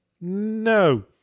No